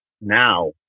now